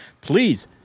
Please